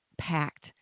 packed